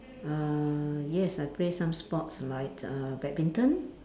uh yes I play some sports like uh badminton